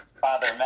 Father